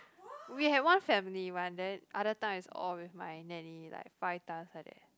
we had one family but then other time is all with my nanny like five times like that